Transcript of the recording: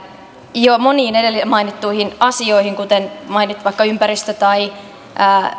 jo moniin edellä mainittuihin asioihin liittyen kuten on mainittu vaikka ympäristö tai